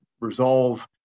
resolve